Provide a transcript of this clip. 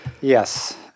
yes